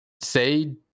say